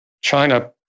China